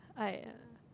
!aiya!